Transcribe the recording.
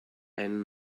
ein